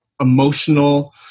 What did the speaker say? emotional